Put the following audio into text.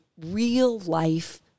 real-life